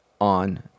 on